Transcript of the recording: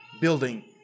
building